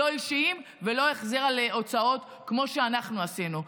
לא אישיים ולא החזר על הוצאות כמו שאנחנו עשינו.